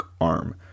arm